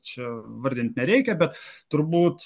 čia vardint nereikia bet turbūt